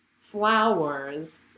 flowers